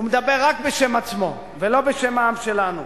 הוא מדבר רק בשם עצמו ולא בשם העם שלנו.